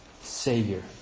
Savior